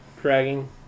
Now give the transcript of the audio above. dragging